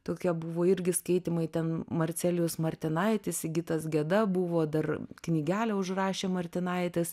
tokie buvo irgi skaitymai ten marcelijus martinaitis sigitas geda buvo dar knygelę užrašė martinaitis